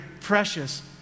precious